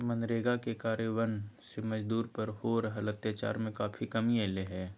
मनरेगा के कार्यान्वन से मजदूर पर हो रहल अत्याचार में काफी कमी अईले हें